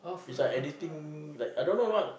he's like editing like I don't what